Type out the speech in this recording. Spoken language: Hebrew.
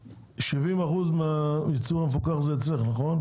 70% מהייצור המפוקח זה אצלכם בתנובה?